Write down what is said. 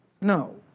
No